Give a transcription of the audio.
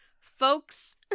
Folks